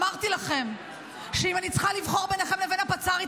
אמרתי לכם שאם אני צריכה לבחור ביניכם לבין הפצ"רית,